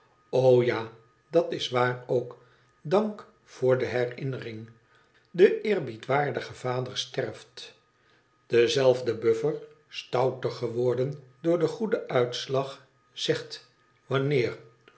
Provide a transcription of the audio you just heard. o ja i dat s waar ook dank u voor de herinnering de eerbiedwaardige vader sterft dezelfde bufifer stouter geworden door den goeden uitslag zegt wanneer